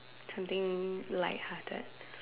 something lighthearted